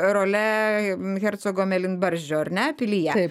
role hercogo mėlynbarzdžio ar ne pilyje